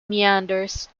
meanders